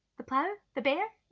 the plough, the bear